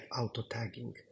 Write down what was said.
auto-tagging